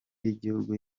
y’igihugu